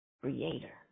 creator